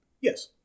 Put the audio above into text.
Yes